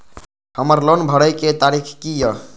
हमर लोन भरए के तारीख की ये?